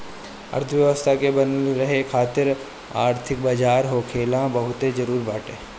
अर्थव्यवस्था के बनल रहे खातिर आर्थिक बाजार होखल बहुते जरुरी बाटे